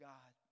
God